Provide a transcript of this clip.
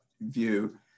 view